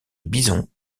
bison